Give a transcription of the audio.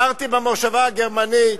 גרתי במושבה הגרמנית,